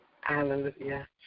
Hallelujah